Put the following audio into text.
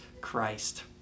Christ